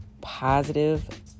positive